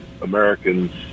Americans